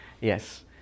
Yes